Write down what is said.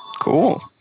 Cool